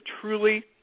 truly